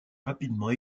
rapidement